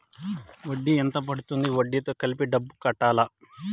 వడ్డీ ఎంత పడ్తుంది? వడ్డీ తో కలిపి డబ్బులు కట్టాలా?